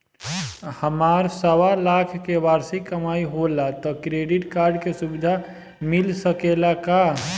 हमार सवालाख के वार्षिक कमाई होला त क्रेडिट कार्ड के सुविधा मिल सकेला का?